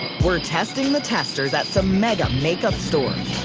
we're testing the testers at some mega-make-up stores.